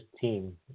team